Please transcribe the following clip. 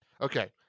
Okay